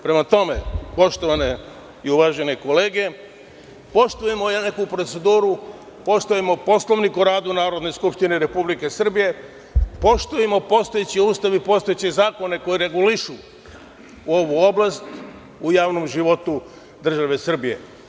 Prema tome, poštovane i uvažene kolege, poštujemo neku proceduru, poštujemo Poslovnik o radu Narodne skupštine Republike Srbije, poštujmo postojeći Ustav i postojeće zakone koji regulišu ovu oblast u javnom životu države Srbije.